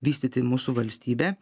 vystyti mūsų valstybę